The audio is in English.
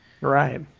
Right